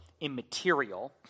immaterial